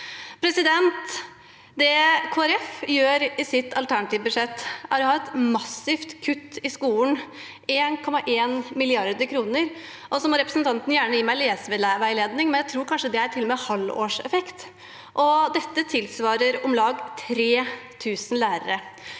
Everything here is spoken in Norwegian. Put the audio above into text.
gjør i sitt alternative budsjett, er å kutte massivt i skolen, 1,1 mrd. kr. Så må representanten gjerne gi meg leseveiledning, men jeg tror kanskje det til og med er halvårseffekt. Dette tilsvarer om lag 3 000 lærere.